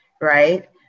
right